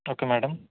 okay madam